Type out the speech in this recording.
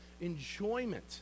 enjoyment